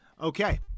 Okay